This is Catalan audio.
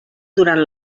durant